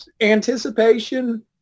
anticipation